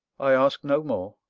i ask no more.